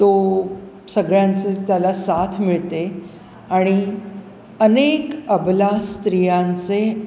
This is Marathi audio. तो सगळ्यांचे त्याला साथ मिळते आणि अनेक अबला स्त्रियांचे